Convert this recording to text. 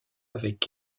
avec